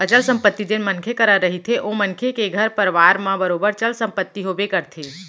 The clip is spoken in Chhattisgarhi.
अचल संपत्ति जेन मनखे मन करा रहिथे ओ मनखे के घर परवार म बरोबर चल संपत्ति होबे करथे